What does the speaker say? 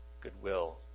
goodwill